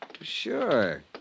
Sure